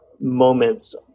moments